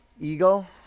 Eagle